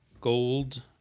Gold